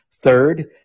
Third